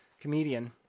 comedian